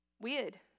Weird